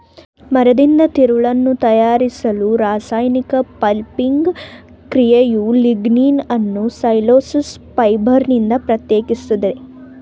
ಮರದಿಂದ ತಿರುಳನ್ನು ತಯಾರಿಸಲು ರಾಸಾಯನಿಕ ಪಲ್ಪಿಂಗ್ ಪ್ರಕ್ರಿಯೆಯು ಲಿಗ್ನಿನನ್ನು ಸೆಲ್ಯುಲೋಸ್ ಫೈಬರ್ನಿಂದ ಪ್ರತ್ಯೇಕಿಸ್ತದೆ